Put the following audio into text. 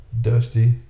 Dusty